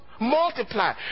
multiply